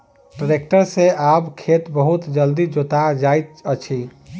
tractor सॅ आब खेत बहुत जल्दी जोता जाइत अछि